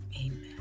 Amen